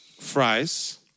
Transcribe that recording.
fries